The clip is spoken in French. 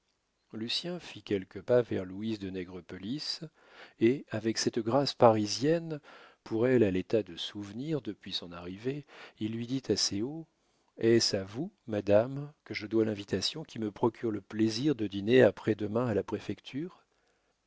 oublié lucien fit quelques pas vers louise de nègrepelisse et avec cette grâce parisienne pour elle à l'état de souvenir depuis son arrivée il lui dit assez haut est-ce à vous madame que je dois l'invitation qui me procure le plaisir de dîner après-demain à la préfecture